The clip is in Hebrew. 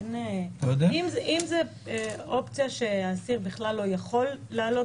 אם זו אופציה שהאסיר בכלל לא יכול לעלות